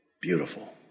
Beautiful